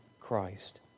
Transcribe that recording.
christ